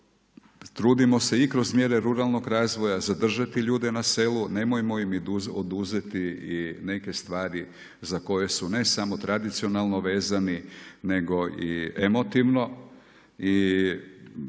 trudimo se i kroz mjere ruralnog razvoja zadržati ljude na selu. Nemojmo im oduzeti i neke stvari za koje su ne samo tradicionalno vezani, nego i emotivno.